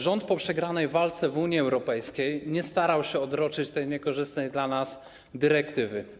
Rząd po przegranej walce w Unii Europejskiej nie starał się odroczyć tej niekorzystnej dla nas dyrektywy.